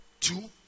Two